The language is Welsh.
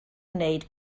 wneud